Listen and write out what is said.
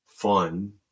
fun